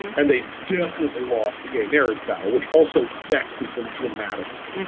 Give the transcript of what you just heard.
and they definitely lost the gay marriage battle, which also vexes the dramatic.